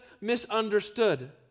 misunderstood